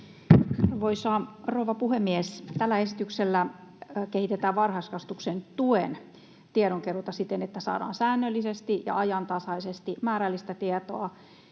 Arvoisa rouva puhemies! Tällä esityksellä kehitetään varhaiskasvatuksen tuen tiedonkeruuta siten, että saadaan säännöllisesti ja ajantasaisesti määrällistä tietoa